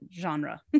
genre